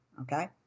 okay